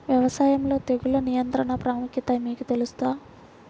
వ్యవసాయంలో తెగుళ్ల నియంత్రణ ప్రాముఖ్యత మీకు తెలుసా?